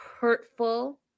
hurtful